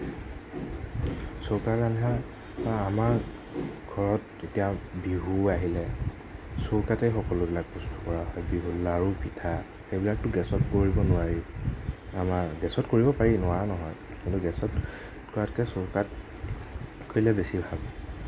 চৌকাত ৰন্ধা বা আমাৰ ঘৰত এতিয়া বিহু আহিলে চৌকাতে সকলোবিলাক বস্তু কৰা হয় বিহুৰ লাড়ু পিঠা সেইবিলাকতো গেছত কৰিব নোৱাৰি আমাৰ গেছত কৰিব পাৰি নোৱাৰা নহয় কিন্তু গেছত কৰাতকে চৌকাত কৰিলে বেছি ভাল